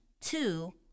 Two